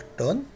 turn